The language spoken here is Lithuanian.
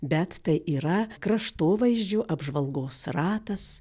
bet tai yra kraštovaizdžio apžvalgos ratas